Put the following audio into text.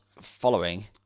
following